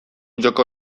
joko